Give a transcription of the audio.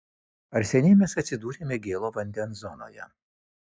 ar seniai mes atsidūrėme gėlo vandens zonoje